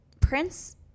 Prince